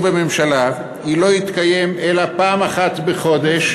בממשלה לא יתקיים אלא פעם אחת בחודש,